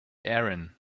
erin